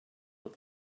but